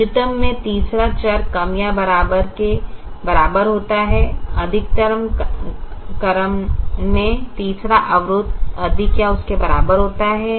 न्यूनतम में तीसरा चर कम या बराबर के बराबर होता है अधिकतमकरण में तीसरा अवरोध अधिक या उसके बराबर होता है